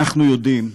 אנחנו יודעים,